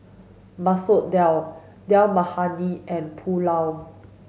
Masoor Dal Dal Makhani and Pulao